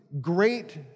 great